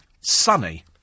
sunny